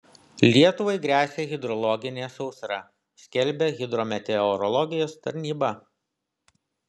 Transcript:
lietuvai gresia hidrologinė sausra skelbia hidrometeorologijos tarnyba